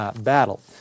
battle